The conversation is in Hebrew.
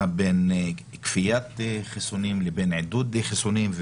בין כפיית חיסונים לבין עידוד חיסונים,